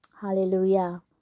hallelujah